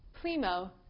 Plimo